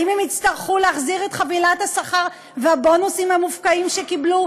האם הם יצטרכו להחזיר את חבילת השכר והבונוסים המופקעים שקיבלו,